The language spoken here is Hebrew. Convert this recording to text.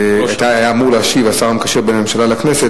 מנכ"ל המשרד דאז,